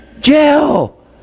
jail